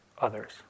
others